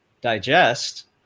digest